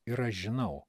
ir aš žinau